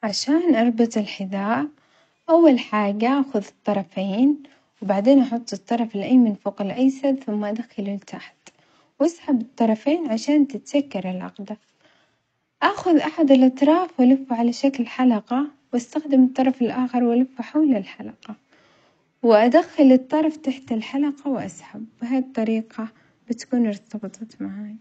عشان أربط الحذاء أول حاجة آخذ الطرفين وبعدين أحط الطرف الأيمن فوق الأيسر ثم أدخله لتحت وأسحب الطرفين عشان تتسكرالعقدة، آخذ أحد الأطراف وألفه على شكل حلقة وأستخدم الطرف الآخر وألفه حول الحلقة، وأدخل الطرف تحت الحلقة وأسحب، بها الطريقة بتكون ارتبطت معاي.